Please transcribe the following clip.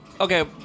Okay